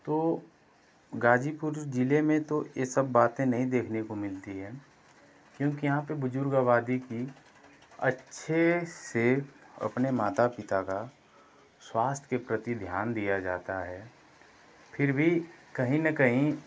तो गाजीपुर ज़िले में ये सब बातें नहीं देखने को मिलती है क्योंकि यहाँ पर बुजुर्ग आबादी कि अच्छे से अपने माता पिता का स्वास्थ्य के प्रति ध्यान दिया जाता है फिर भी कहीं न कहीं